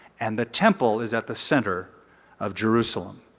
and the temple is at the center of jerusalem.